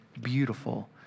Beautiful